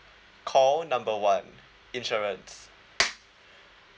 call number one insurance